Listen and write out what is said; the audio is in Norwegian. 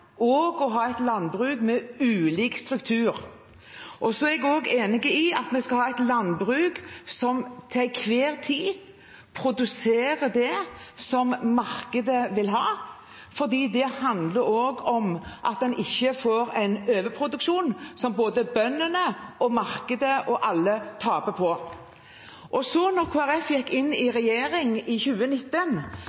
og å ha et landbruk med ulik struktur. Jeg er også enig i at vi skal ha et landbruk som til enhver tid produserer det markedet vil ha, for det handler også om at en ikke får en overproduksjon, som både bøndene, markedet og alle andre taper på. Da Kristelig Folkeparti gikk inn i